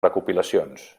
recopilacions